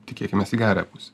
tikėkimės į gerąją pusę